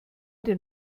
den